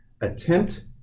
attempt